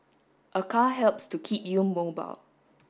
a car helps to keep you mobile